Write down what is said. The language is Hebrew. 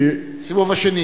כי,